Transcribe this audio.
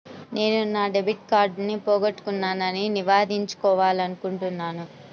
నేను నా డెబిట్ కార్డ్ని పోగొట్టుకున్నాని నివేదించాలనుకుంటున్నాను